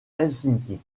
helsinki